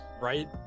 Right